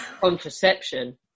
contraception